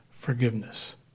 forgiveness